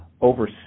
over